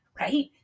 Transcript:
right